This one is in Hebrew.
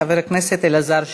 חבר הכנסת אלעזר שטרן,